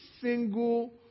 single